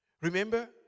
Remember